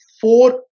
four